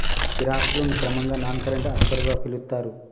స్థిర ఆస్తులను క్రమంగా నాన్ కరెంట్ ఆస్తులుగా పిలుత్తరు